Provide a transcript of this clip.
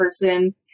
person